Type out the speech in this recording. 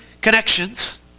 connections